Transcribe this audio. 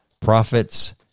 prophets